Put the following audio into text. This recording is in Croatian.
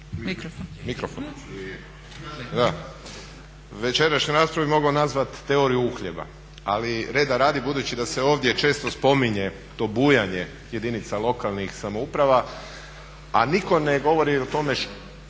mikrofon./… Večerašnju raspravu bih mogao nazvati teoriju uhljeba, ali reda radi budući da se ovdje često spominje to bujanje jedinica lokalnih samouprava a nitko ne govori o tome o